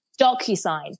DocuSign